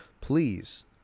please